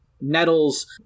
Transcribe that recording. nettles